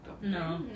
no